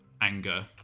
anger